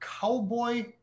Cowboy